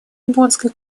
боннской